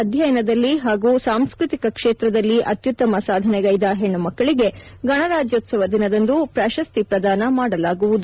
ಅಧ್ಯಯನದಲ್ಲಿ ಹಾಗೂ ಸಾಂಸ್ಟ ತಿಕ ಕ್ಷೇತ್ರದಲ್ಲಿ ಅತ್ಯುತ್ತಮ ಸಾಧನೆಗೈದ ಹೆಣ್ಣುಮಕ್ಕಳಿಗೆ ಗಣರಾಜ್ಯೋತ್ಸವ ದಿನದಂದು ಪ್ರಶಸ್ತಿ ಪ್ರಧಾನ ಮಾಡಲಾಗುವುದು